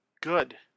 good